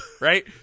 Right